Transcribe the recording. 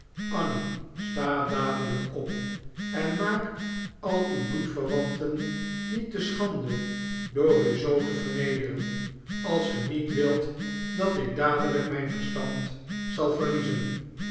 annie sta dadelijk op en maak al uw bloedverwanten niet te schande door u zoo te vernederen als ge niet wilt dat ik dadelijk mijn verstand zal verliezen